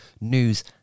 news